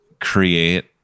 create